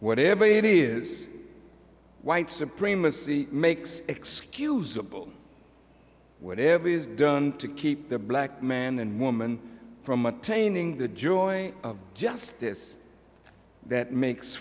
whatever it is white supremacy makes excusable whatever it is done to keep the black man and woman from attaining the joy of justice that makes